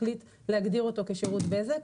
מחליט להגדיר אותו כשירות בזק.